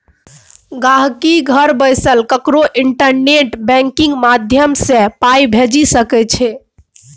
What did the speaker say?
गांहिकी घर बैसल ककरो इंटरनेट बैंकिंग माध्यमसँ पाइ भेजि सकै छै